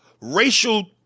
racial